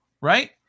right